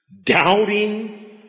doubting